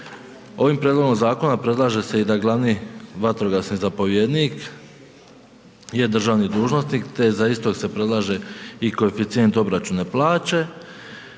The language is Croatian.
Ovime prijedlogom zakona predlaže se i da glavni vatrogasni zapovjednik je državni dužnosnik te za istog se predlaže i koeficijent obračuna plaće